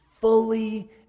fully